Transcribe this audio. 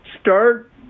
start